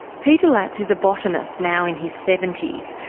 peter latz is a botanist, now in his seventies,